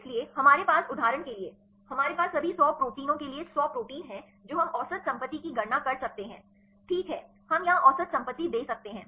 इसलिए हमारे पास उदाहरण के लिए हमारे पास सभी सौ प्रोटीनों के लिए सौ प्रोटीन हैं जो हम औसत संपत्ति की गणना कर सकते हैं ठीक है हम यहां औसत संपत्ति दे सकते हैं